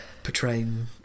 Portraying